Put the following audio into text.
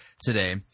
today